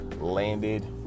landed